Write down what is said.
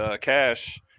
cash